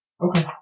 Okay